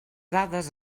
dades